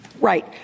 Right